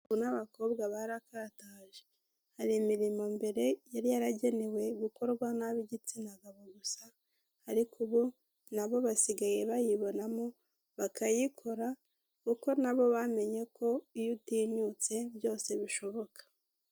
Ubu n'abakobwa barakataje hari imirimo mbere yari yaragenewe gukorwa nab'igitsina gabo gusa ariko ubu nabo basigaye bayibonamo bakayikora kuko nabo bamenye ko iyo utinyutse byose bishoboka.